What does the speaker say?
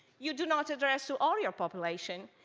you do not address to all your population.